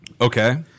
Okay